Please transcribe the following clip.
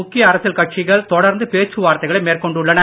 முக்கிய அரசியல் கட்சிகள் தொடர்ந்து இதற்கிடையே பேச்சுவார்த்தைகளை மேற்கொண்டுள்ளன